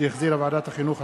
שהחזירה ועדת החינוך,